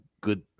good